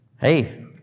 hey